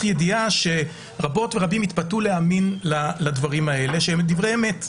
ידיעה שרבות ורבים יתפתו להאמין לדברים האלה שהם דברי אמת.